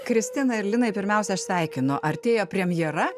kristina ir linai pirmiausia aš sveikinu artėja premjera